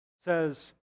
says